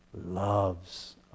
loves